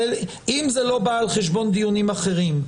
אם זה לא בא על חשבון דיונים אחרים,